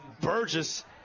Burgess